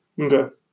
okay